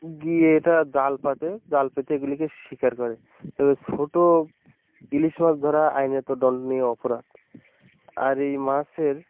গিয়ে এটা জাল পাতে জাল পেতে এগুলিকে শিকার করে তবে ছোট ইলিশ মাছ ধরা আইনত দন্ডনীয় অপরাধ আর এই মাছের